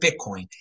Bitcoin